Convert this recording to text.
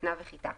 כותנה וחיטה.